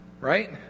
Right